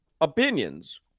opinions